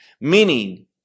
meaning